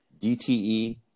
DTE